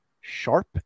sharp